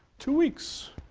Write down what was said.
two weeks.